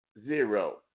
zero